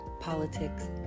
politics